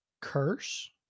Curse